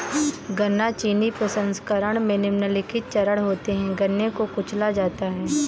गन्ना चीनी प्रसंस्करण में निम्नलिखित चरण होते है गन्ने को कुचला जाता है